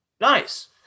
nice